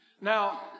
Now